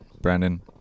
Brandon